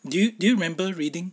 do you do you remember reading